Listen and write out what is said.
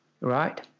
Right